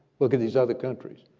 look at these other countries.